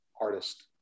artist